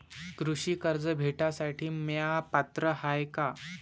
कृषी कर्ज भेटासाठी म्या पात्र हाय का?